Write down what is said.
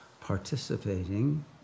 participating